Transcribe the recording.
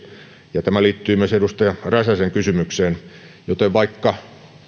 ja tämä liittyy myös edustaja räsäsen kysymykseen vaikka